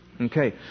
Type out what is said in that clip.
Okay